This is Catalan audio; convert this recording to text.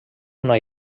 una